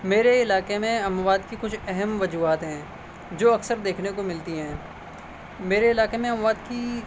میرے علاقے میں اموات کی کچھ اہم وجوہات ہیں جو اکثر دیکھنے کو ملتی ہیں میرے علاقے میں اموات کی